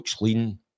lean